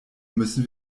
müssen